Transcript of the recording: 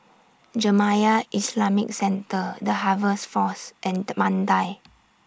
Jamiyah Islamic Centre The Harvest Force and Mandai